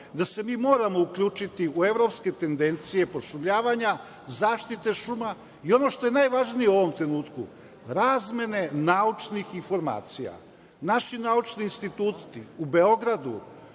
da se mi moramo uključiti u evropske tendencije pošumljavanja, zaštite šuma, i ono što je najvažnije u ovom trenutku razmene naučnih informacija. Naši naučni instituti u Beogradu,